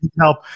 help